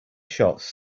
shots